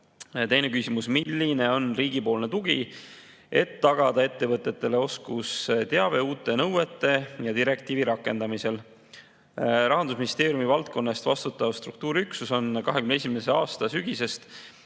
Teine küsimus: "Milline on riigipoolne tugi, et tagada ettevõtetele oskusteave uute nõuete ja direktiivi rakendamisel?" Rahandusministeeriumi valdkonna eest vastutav struktuuriüksus on 2021. aasta sügisest